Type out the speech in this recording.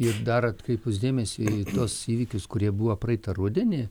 ir dar atkreipus dėmesį į tuos įvykius kurie buvo praeitą rudenį